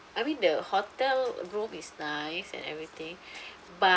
I mean the hotel room is nice and everything but